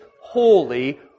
holy